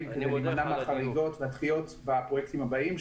מבחינת החריגות והדחיות בפרויקטים הבאים,